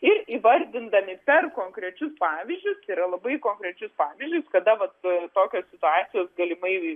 ir įvardindami per konkrečius pavyzdžius tai yra labai konkrečius pavyzdžius kada vat tokios situacijos galimai